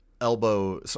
elbow